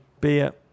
beer